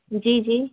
जी जी